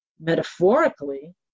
metaphorically